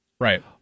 Right